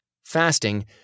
Fasting